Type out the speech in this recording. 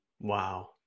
Wow